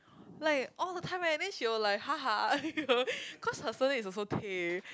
like all the time eh then she will like ha ha you know cause her surname is also tay